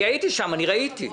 אני הייתי שם וראיתי.